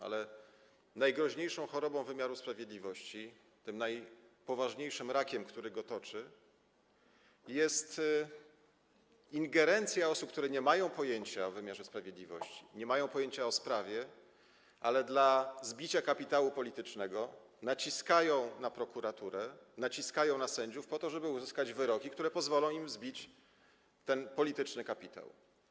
Ale najgroźniejszą chorobą wymiaru sprawiedliwości, tym najpoważniejszym rakiem, który go toczy, jest ingerencja osób, które nie mają pojęcia o wymiarze sprawiedliwości, nie mają pojęcia o sprawie, ale dla zbicia kapitału politycznego naciskają na prokuraturę, naciskają na sędziów, żeby uzyskać wyroki, które pozwolą im zbić ten polityczny kapitał.